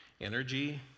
energy